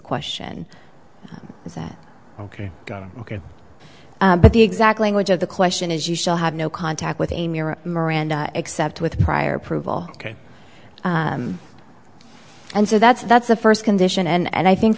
question is that ok ok but the exact language of the question is you still have no contact with a mirror miranda except with prior approval ok and so that's that's the first condition and i think